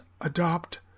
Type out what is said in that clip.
adopt